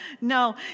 no